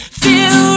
feel